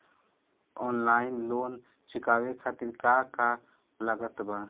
Online loan चुकावे खातिर का का लागत बा?